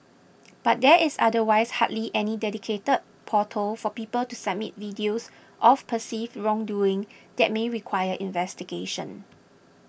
but there is otherwise hardly any dedicated portal for people to submit videos of perceived wrongdoing that may require investigation